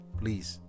please